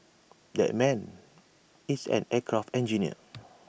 that man is an aircraft engineer